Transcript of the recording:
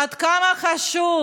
עד כמה חשוב